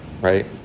right